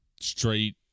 straight